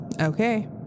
Okay